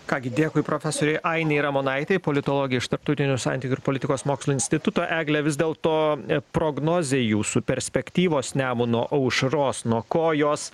ką gi dėkui profesorei ainei ramonaitei politologei iš tarptautinių santykių ir politikos mokslų instituto egle vis dėlto prognozė jūsų perspektyvos nemuno aušros nuo ko jos